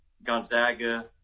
Gonzaga